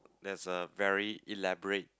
there's a very elaborate